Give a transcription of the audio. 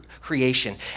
creation